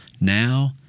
now